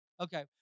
Okay